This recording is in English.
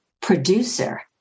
producer